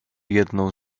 jedną